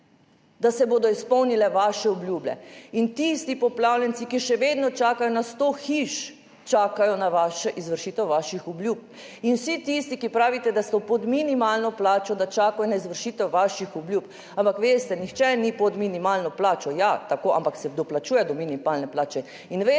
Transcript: da se bodo izpolnile vaše obljube. In tisti poplavljenci, ki še vedno čakajo na sto hiš, čakajo na vašo izvršitev vaših obljub. In vsi tisti, ki pravite, da so pod minimalno plačo, da čakajo na izvršitev vaših obljub. Ampak veste, »nihče ni pod minimalno plačo« – ja, tako, ampak se plačuje do minimalne plače.